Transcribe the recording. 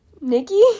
Nikki